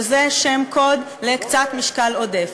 שזה שם קוד לקצת משקל עודף,